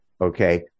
Okay